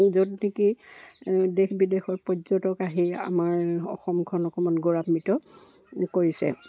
য'ত নেকি দেশ বিদেশৰ পৰ্যটক আহি আমাৰ অসমখন অকণমান গৌৰান্বিত কৰিছে